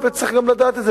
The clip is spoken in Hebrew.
וצריך גם לדעת את זה,